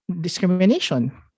discrimination